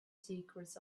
secrets